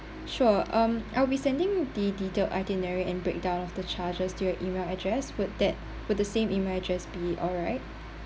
sure um I'll be sending the detailed itinerary and breakdown of the charges to your email address would that would the same email address be alright